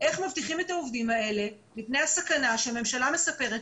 איך מבטיחים את העובדים האלה מפני הסכנה שהממשלה מספרת